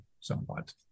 somewhat